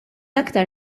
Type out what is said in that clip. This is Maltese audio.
aktar